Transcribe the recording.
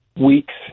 weeks